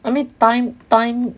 I mean time time